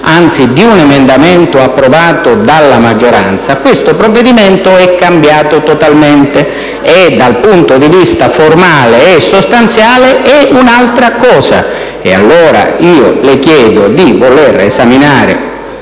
anzi di un emendamento approvato dalla maggioranza, questo provvedimento è cambiato totalmente, per cui dal punto di vista formale e sostanziale è un'altra cosa. Le chiedo allora di volere esaminare,